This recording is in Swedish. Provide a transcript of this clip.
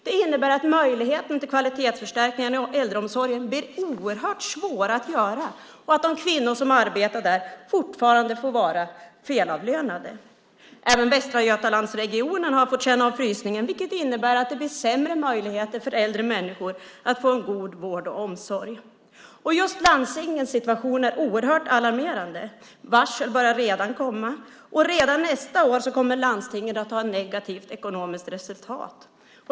Det innebär att det blir oerhört svårt att göra några kvalitetsförstärkningar i äldreomsorgen och att de kvinnor som arbetar där får fortsätta att vara felavlönade. Även Västra Götalandsregionen har fått känna av frysningen, vilket innebär att det blir sämre möjligheter för äldre människor att få en god vård och omsorg. Just landstingens situation är oerhört alarmerande. Varsel börjar redan komma, och redan nästa år kommer landstingen att ha ett negativt ekonomiskt resultat.